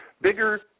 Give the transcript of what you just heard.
bigger